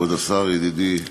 כבוד השר ידידי מאיר,